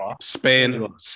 Spain